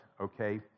okay